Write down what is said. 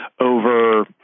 over